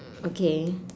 okay